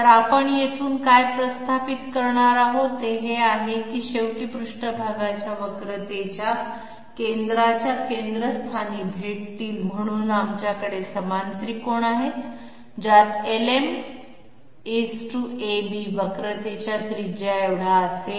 तर आपण येथून काय प्रस्थापित करणार आहोत ते हे आहे की हे शेवटी पृष्ठभागाच्या वक्रतेच्या केंद्राच्या केंद्रस्थानी भेटतील म्हणून आपल्याकडे समान त्रिकोण आहेत ज्यात LMAB वक्रतेच्या त्रिज्याएवढा असेल